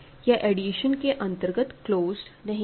यह एडिशन के अंतर्गत क्लोज्ड नहीं है